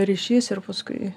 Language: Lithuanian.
ryšys ir paskui